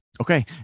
Okay